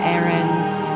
Errands